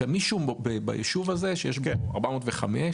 מישהו בישוב הזה, שיש בו 405,